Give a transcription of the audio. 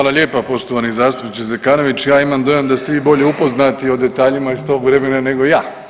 Hvala lijepa poštovani zastupniče Zekanović, ja imam dojam da ste vi bolje upoznati o detaljima iz tog vremena nego ja.